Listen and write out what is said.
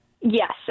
Yes